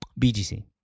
BGC